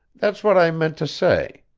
that's what i meant to say.